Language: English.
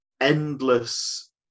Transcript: endless